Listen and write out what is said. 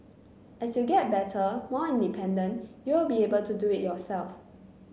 as you get better more independent you will be able to do it yourself